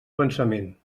pensament